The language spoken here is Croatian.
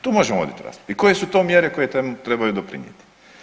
Tu možemo voditi raspravu i koje su to mjere koje trebaju doprinijeti.